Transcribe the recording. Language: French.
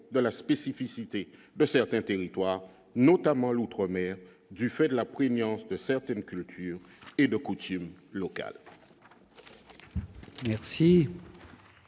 Merci.